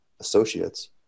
Associates